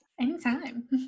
Anytime